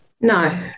no